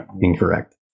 incorrect